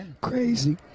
Crazy